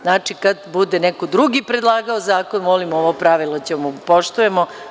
Znači, kada bude neko drugi predlagao zakon, molim, ovo pravilo ćemo da poštujemo.